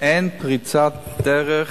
אין פריצת דרך